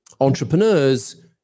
entrepreneurs